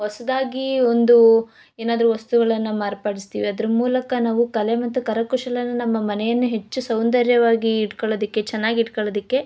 ಹೊಸ್ದಾಗಿ ಒಂದು ಏನಾದ್ರು ವಸ್ತುಗಳನ್ನು ಮಾರ್ಪಡಿಸ್ತೀವಿ ಅದ್ರ ಮೂಲಕ ನಾವು ಕಲೆ ಮತ್ತು ಕರಕುಶಲವನ್ನು ನಮ್ಮ ಮನೆಯನ್ನು ಹೆಚ್ಚು ಸೌಂದರ್ಯವಾಗಿ ಇಟ್ಕೊಳದಕ್ಕೆ ಚೆನ್ನಾಗಿ ಇಟ್ಕೊಳದಕ್ಕೆ